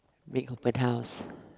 big open house